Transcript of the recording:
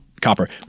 copper